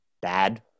bad